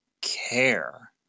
care